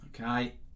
Okay